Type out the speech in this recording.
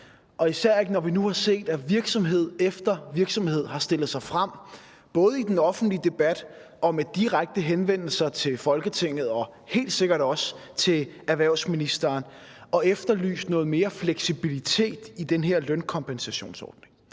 Især ikke, når vi nu har set, at virksomhed efter virksomhed har stillet sig frem – både i den offentlige debat og med direkte henvendelser til Folketinget og helt sikkert også til erhvervsministeren – og efterlyst noget mere fleksibilitet i den her lønkompensationsordning.